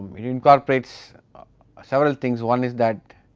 it incorporates several things, one is that